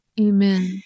Amen